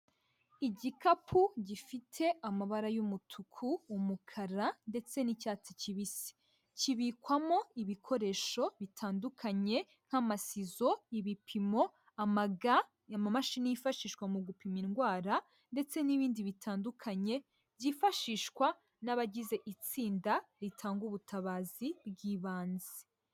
Igikapu gifite amabara y'umutuku, umukara ndetse n'icyatsi kibisi. Kibikwamo ibikoresho bitandukanye nk'amasizo, ibipimo, amaga, amamashini yifashishwa mu gupima indwara ndetse n'ibindi bitandukanye byifashishwa n'abagize itsinda ritanga ubutabazi bw'ibanze.